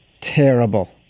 terrible